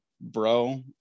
bro